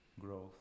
growth